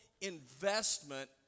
investment